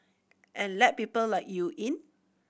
and let people like you in